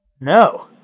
No